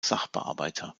sachbearbeiter